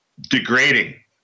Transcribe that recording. degrading